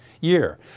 year